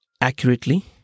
accurately